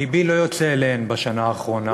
לבי לא יוצא אליהן בשנה האחרונה.